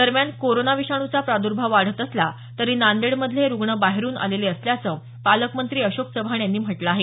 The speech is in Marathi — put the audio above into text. दरम्यान कोरोना विषाणूचा प्रादुर्भाव वाढत असला तरी नांदेडमधले हे रुग्ण बाहेरुन आलेले असल्याचं पालकमंत्री अशोक चव्हाण यांनी म्हटलं आहे